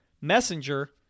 Messenger